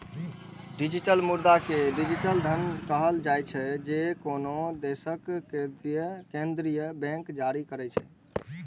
digital मुद्रा कें digital धन कहल जाइ छै, जे कोनो देशक केंद्रीय बैंक जारी करै छै